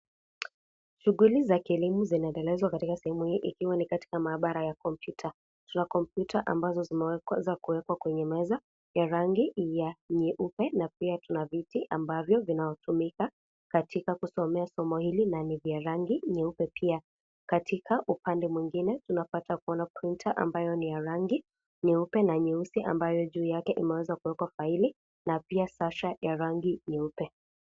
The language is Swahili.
Shughuli za kielimu zinaendelezwa katika sehemu hii ikiwa ni sehemu ya maabara ya kompyuta. Kuna kompyuta ambazo zimewekwa za kuwkwa kwenye meza ya rangi ya nyeupe na pia tuna viti ambavyo vinatumika katika kusomea somo hili na ni vya rangi nyeupe pia. Katika upande mwengine tunapata kuona printa ambayo ni ya rangi nyeupe na nyeusi ambayo juu yake imeweza kuwekwa faili na pia sasha ya rangi nyeupe.